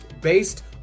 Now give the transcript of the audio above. based